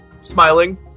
smiling